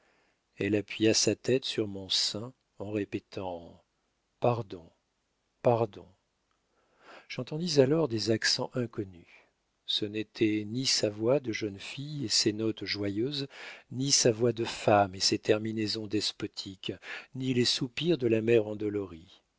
elle appuya sa tête sur mon sein en répétant pardon pardon j'entendis alors des accents inconnus ce n'était ni sa voix de jeune fille et ses notes joyeuses ni sa voix de femme et ses terminaisons despotiques ni les soupirs de la mère endolorie